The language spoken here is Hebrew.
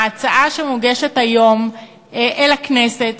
הרי ההצעה שמוגשת היום לכנסת אומרת: